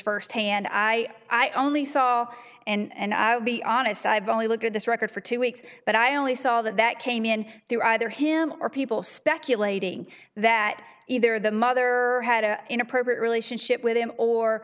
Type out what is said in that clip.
firsthand i i only saw and i'll be honest i've only looked at this record for two weeks but i only saw that that came in through either him or people speculating that either the mother had an inappropriate relationship with him or